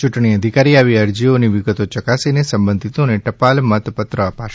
ચુંટણી અધિકારી આવી અરજીઓની વિગતો ચકાસીને સંબંધીતોને ટપાલમતપત્ર આપશે